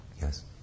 Yes